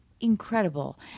incredible